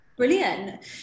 Brilliant